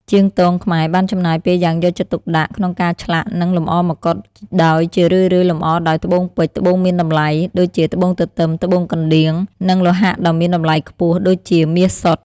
ជាងទងខ្មែរបានចំណាយពេលយ៉ាងយកចិត្តទុកដាក់ក្នុងការឆ្លាក់ និងលម្អម្កុដ ដោយជារឿយៗលម្អដោយ ត្បូងពេជ្រ ត្បូងមានតម្លៃ (ដូចជា ត្បូងទទឹម ត្បូងកណ្ដៀង) និង លោហៈដ៏មានតម្លៃខ្ពស់ (ដូចជាមាសសុទ្ធ)។